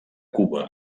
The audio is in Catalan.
cuba